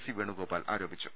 C Venugopal ആരോപി ച്ചു